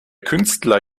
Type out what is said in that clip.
künstler